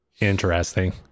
Interesting